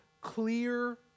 clear